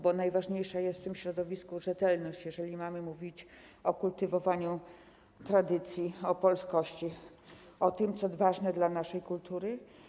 Bo najważniejsza jest w tym środowisku rzetelność, jeżeli mamy mówić o kultywowaniu tradycji, o polskości, o tym, co ważne dla naszej kultury.